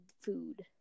food